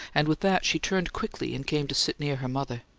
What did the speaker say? and with that she turned quickly, and came to sit near her mother.